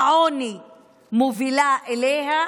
העוני מובילה אליו,